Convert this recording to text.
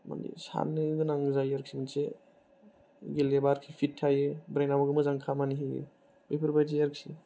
साननो गोनां जायो आरोखि एसे गेलेबा फिट थायो ब्रेनाबो मोजां खामानि होयो बेफोरबादि आरोखि